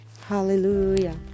Hallelujah